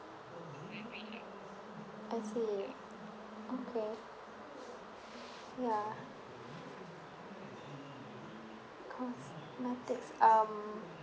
I see okay ya cosmetics um